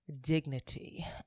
dignity